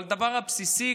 אבל הדבר הבסיסי,